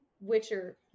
Witcher